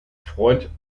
freund